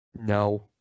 no